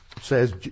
says